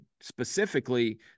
specifically